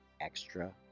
extra